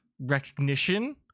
recognition